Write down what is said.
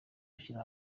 gushyira